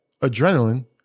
adrenaline